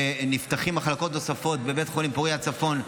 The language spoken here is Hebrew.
נפתחות מחלקות נוספות בבית חולים פוריה צפון.